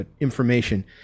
information